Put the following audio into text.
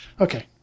Okay